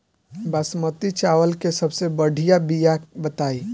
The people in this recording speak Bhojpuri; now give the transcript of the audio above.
बासमती चावल के सबसे बढ़िया बिया बताई?